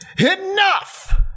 enough